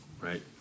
right